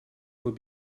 would